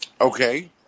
Okay